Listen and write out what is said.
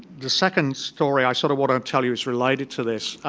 the second story i sort of want i'm tell you is related to this.